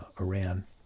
Iran